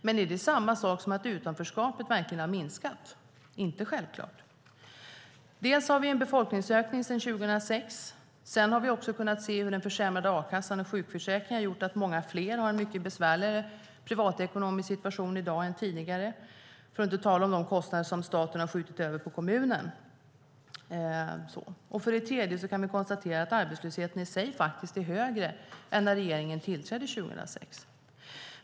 Men är det samma sak som att utanförskapet verkligen har minskat? Det är inte självklart. För det första har vi en befolkningsökning sedan 2006. För det andra har vi kunnat se hur den försämrade a-kassan och sjukförsäkringen gjort att många fler har en mycket besvärligare privatekonomisk situation i dag än tidigare, för att inte tala om de kostnader som staten har skjutit över på kommunerna. För det tredje kan vi konstatera att arbetslösheten i sig faktiskt är högre än när regeringen tillträdde 2006.